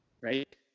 right